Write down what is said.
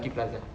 lucky plaza